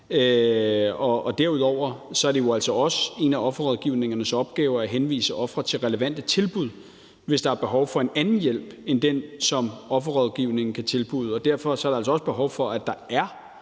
Derudover er det jo altså også en af offerrådgivningens opgaver at henvise ofre til relevante tilbud, hvis der er behov for en anden hjælp end den, som offerrådgivningen kan tilbyde. Derfor er der altså også behov for, at der er